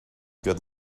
good